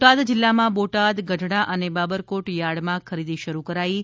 બોટાદ જિલ્લામાં બોટાદ ગઢડા અને બાબરકોટ યાર્ડમાં ખરીદી શરૂ કરાઇ છે